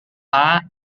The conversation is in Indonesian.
pak